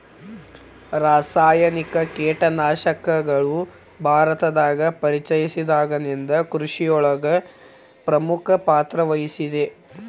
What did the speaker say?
ರಾಸಾಯನಿಕ ಕೇಟನಾಶಕಗಳು ಭಾರತದಾಗ ಪರಿಚಯಸಿದಾಗನಿಂದ್ ಕೃಷಿಯೊಳಗ್ ಪ್ರಮುಖ ಪಾತ್ರವಹಿಸಿದೆ